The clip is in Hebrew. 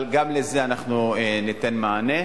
אבל גם לזה אנחנו ניתן מענה.